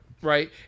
right